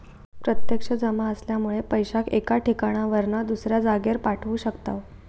प्रत्यक्ष जमा असल्यामुळे पैशाक एका ठिकाणावरना दुसऱ्या जागेर पाठवू शकताव